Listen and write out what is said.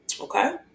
Okay